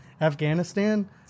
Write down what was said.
Afghanistan